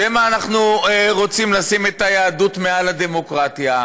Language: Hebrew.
שמא אנחנו רוצים לשים את היהדות מעל הדמוקרטיה.